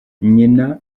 nyina